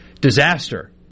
disaster